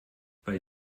weil